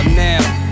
now